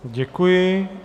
Děkuji.